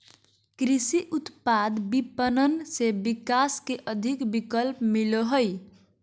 कृषि उत्पाद विपणन से किसान के अधिक विकल्प मिलो हइ